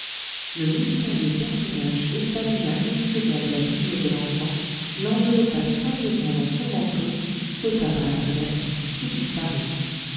le mystérieux personnage examina une seconde la figure de l'enfant l'enveloppa soigneusement dans son manteau sauta par la fenêtre et disparut